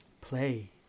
play